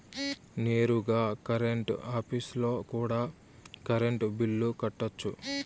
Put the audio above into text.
నేరుగా కరెంట్ ఆఫీస్లో కూడా కరెంటు బిల్లులు కట్టొచ్చు